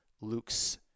Luke's